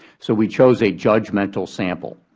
so we chose a judgmental sample.